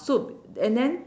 soup and then